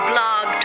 Blog